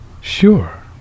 Sure